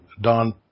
Don